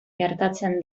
gertatzen